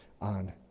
on